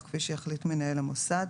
לפי בחירת מנהל המוסד: